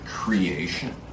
Creation